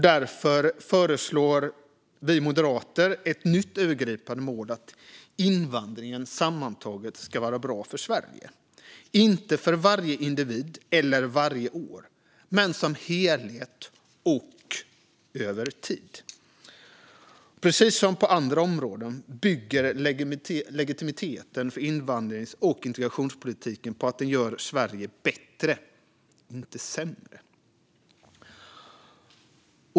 Därför föreslår vi moderater ett nytt övergripande mål att invandringen sammantaget ska vara bra för Sverige. Det gäller inte för varje individ eller varje år, men som helhet och över tid. Precis som på andra områden bygger legitimiteten för invandrings och integrationspolitiken på att den gör Sverige bättre, inte sämre.